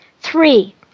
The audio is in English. Three